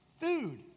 Food